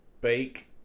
bake